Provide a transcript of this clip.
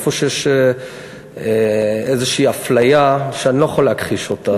איפה שיש איזושהי אפליה שאני לא יכול להכחיש אותה,